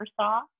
saw